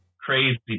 crazy